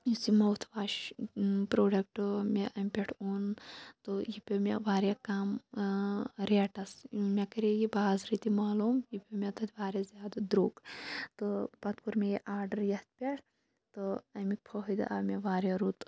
یُس یہِ mouth wash product مےٚ امہِ پیٹھٕ اوٚن تہٕ یہِ پیٚو مےٚ واریاہ کَم ریٹَس مےٚ کَرے یہِ بازرٕ تہِ معلوٗم یہِ پیٚو مےٚ تَتہِ واریاہ زیادٕ درٛوٚگ تہٕ پَتہٕ کوٚر مےٚ یہِ آرڈَر یَتھ پیٹھ تہٕ امیُک پھٲیدٕ آو مےٚ واریاہ رُت